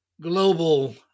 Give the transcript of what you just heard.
global